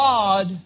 God